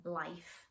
life